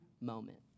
moment